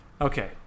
Okay